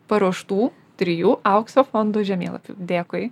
paruoštų trijų aukso fondo žemėlapių dėkui